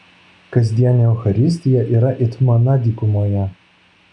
kasdienė eucharistija yra it mana dykumoje